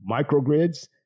microgrids